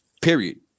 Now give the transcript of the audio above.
period